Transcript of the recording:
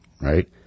right